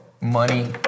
money